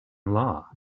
law